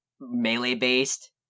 melee-based